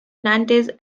nantes